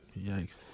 Yikes